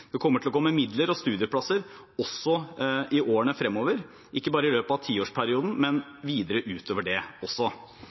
Det kommer til å komme midler og studieplasser også i årene fremover, ikke bare i løpet av tiårsperioden, men